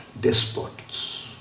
despots